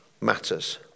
matters